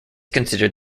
considered